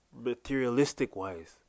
materialistic-wise